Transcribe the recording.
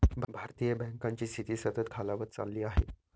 भारतीय बँकांची स्थिती सतत खालावत चालली आहे